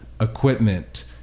equipment